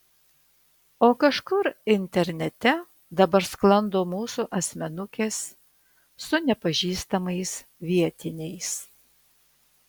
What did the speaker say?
o kažkur internete dabar sklando mūsų asmenukės su nepažįstamais vietiniais